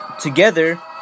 together